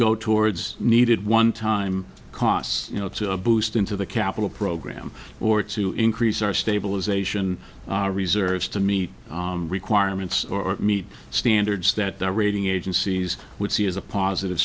go towards needed one time costs you know boost into the capital program or to increase our stabilisation reserves to meet requirements or meet standards that the rating agencies would see as a positive